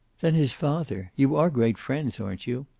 then his father. you are great friends, aren't you?